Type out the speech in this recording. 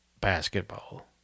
basketball